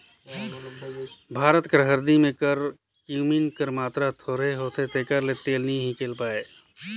भारत कर हरदी में करक्यूमिन कर मातरा थोरहें होथे तेकर ले तेल नी हिंकेल पाए